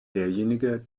derjenige